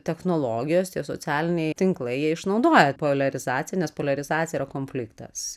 technologijos socialiniai tinklai jie išnaudoja poliarizaciją nes poliarizacija yra konfliktas